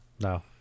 No